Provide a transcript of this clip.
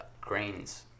grains